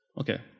Okay